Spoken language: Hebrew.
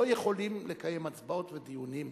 לא יכולים לקיים הצבעות ודיונים,